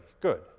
Good